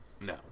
No